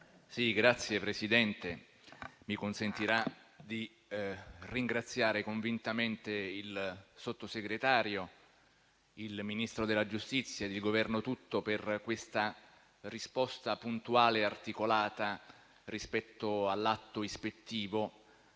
Signor Presidente, mi consentirà di ringraziare convintamente il Sottosegretario, il Ministro della giustizia ed il Governo tutto per questa risposta puntuale e articolata rispetto all'atto ispettivo